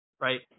Right